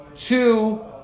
two